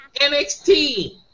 NXT